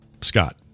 Scott